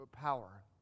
power